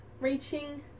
reaching